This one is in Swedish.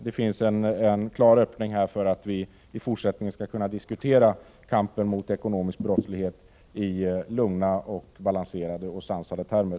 Det finns här en klar öppning för att vi i fortsättningen skall kunna diskutera kampen mot ekonomisk brottslighet i lugna, balanserade och sansade termer.